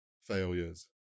failures